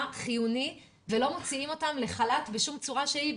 חיוני ולא מוציאים אותם לחל"ת בשום צורה שהיא,